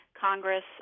Congress